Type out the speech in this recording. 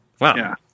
Wow